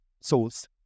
souls